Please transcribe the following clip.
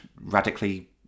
radically